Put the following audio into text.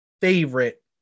favorite